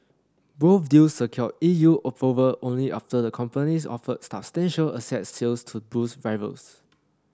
both deals secured E U approval only after the companies offered substantial asset sales to boost rivals